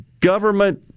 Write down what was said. government